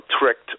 tricked